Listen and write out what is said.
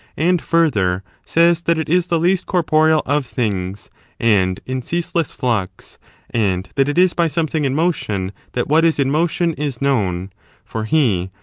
and further says that it is the least corporeal of things and in ceaseless flux and that it is by something in motion that what is in motion is known for he,